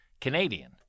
Canadian